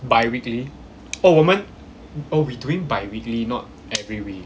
bi-weekly oh 我们 oh we doing bi-weekly not every week